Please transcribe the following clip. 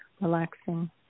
relaxing